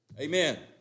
Amen